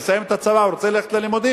לסיים את הצבא והוא רוצה ללכת ללימודים,